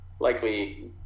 likely